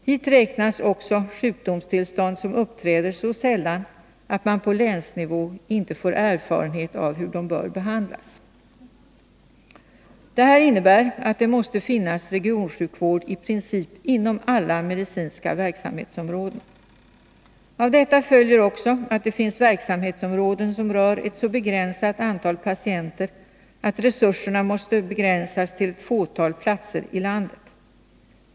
Hit räknas också sjukdomstillstånd, som uppträder så sällan att man på länsnivå inte får erfarenhet av hur de bör Det här innebär att det måste finnas regionsjukvård i princip inom alla medicinska verksamhetsområden. Av detta följer också att det finns verksamhetsområden som rör ett så begränsat antal patienter att resurserna måste begränsas till ett fåtal platser i landet.